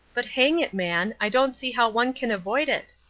but hang it, man, i don't see how one can avoid it!